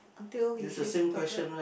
till he says stop right